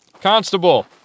Constable